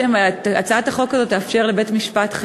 הצעת החוק הזאת תאפשר לבית-משפט,